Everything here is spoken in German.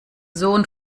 sohn